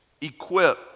equip